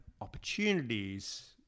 opportunities